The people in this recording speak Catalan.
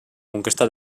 conquesta